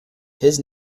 his